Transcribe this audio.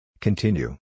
Continue